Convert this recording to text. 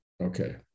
Okay